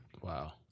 Wow